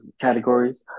categories